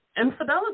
infidelity